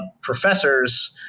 professors